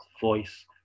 voice